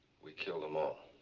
we killed them all.